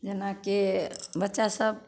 जेना कि बच्चासभ